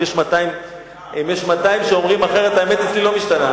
אם יש 200 שאומרים אחרת, האמת אצלי לא משתנה.